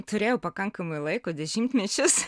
turėjau pakankamai laiko dešimtmečius